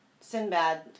Sinbad